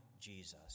Jesus